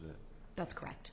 the that's correct